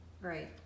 Right